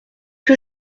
que